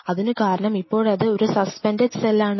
അതിനു കാരണം ഇപ്പോഴത് ഒരു സസ്പെൻഡ്ഡ് സെൽ ആണ്